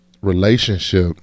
relationship